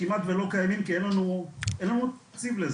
כמעט ולא קיימים כי אין לנו תקציב לזה.